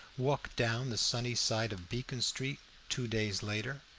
walked down the sunny side of beacon street two days later.